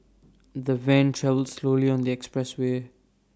the van travelled slowly on the expressway